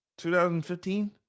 2015